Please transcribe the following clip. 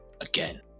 again